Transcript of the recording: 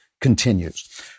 continues